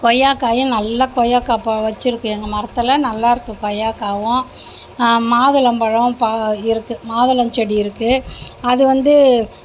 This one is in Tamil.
கொய்யாக்காயும் நல்ல கொய்யாக்காய் இப்போ வச்சியிருக்கு எங்கள் மரத்தில் நல்லாயிருக்கு கொய்யாக்காவும் மாதுளம்பழம் இப்போ இருக்கு மாதுளம் செடி இருக்கு அது வந்து